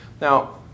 Now